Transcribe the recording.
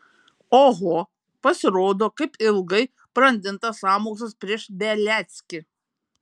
oho pasirodo kaip ilgai brandintas sąmokslas prieš beliackį